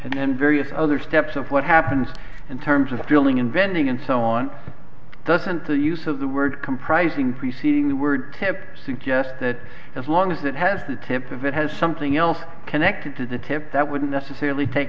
and then various other steps of what happens in terms of feeling inventing and so on doesn't the use of the word comprising preceding the word tip suggest that as long as it has the tip of it has something else connected to the tip that wouldn't necessarily take